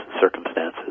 circumstances